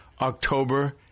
October